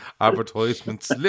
advertisements